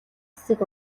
цэцэг